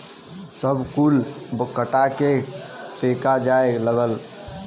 सब कुल कटा के फेका जाए लगल